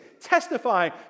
testifying